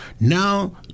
Now